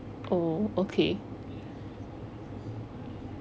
oh okay